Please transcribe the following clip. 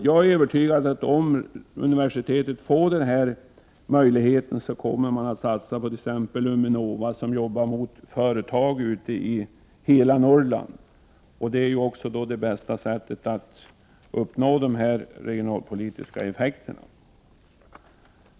Jag är övertygad om att om universitetet får denna möjlighet, kommer det att satsa på t.ex. på Uminova, vars arbete är inriktat på företag i hela Norrland. Det är också det bästa sättet att uppnå regionalpolitiska effekter.